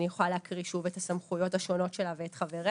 אני יכולה להקריא שוב את הסמכויות השונות שלה ואת חבריה,